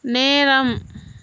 நேரம்